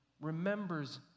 remembers